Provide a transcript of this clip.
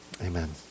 Amen